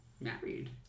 married